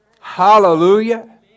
Hallelujah